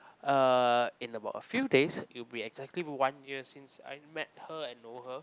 uh in about a few days it will be exactly one year since I met her and know her